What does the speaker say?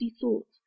thoughts